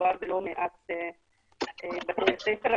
מדובר בלא מעט בתי ספר.